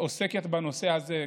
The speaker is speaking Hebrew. עוסקת בנושא הזה,